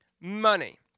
money